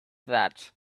that